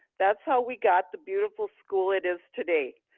that's how we got the beautiful school it is today.